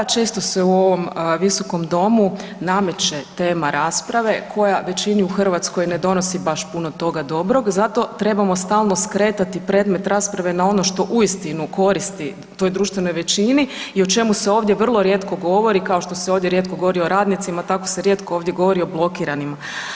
Da, često se u ovom Visokom domu nameće tema rasprave koja većini u Hrvatskoj ne donosi baš puno toga dobrog, zato trebamo stalno skretati predmet rasprave na ono što uistinu koristi toj društvenoj većini i o čemu se ovdje vrlo rijetko govori, kao što se ovdje rijetko govori o radnicima, tako se rijetko ovdje govori o blokiranima.